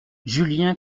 julien